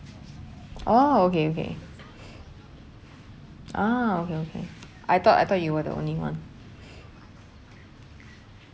oh okay okay ah okay okay I thought I thought you were the only one